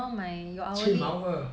七毛二